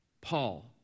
Paul